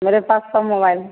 मेरे पास सब मोबाइल हैं